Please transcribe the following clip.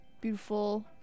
beautiful